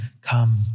Come